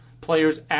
players